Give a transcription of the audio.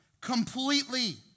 completely